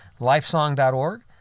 lifesong.org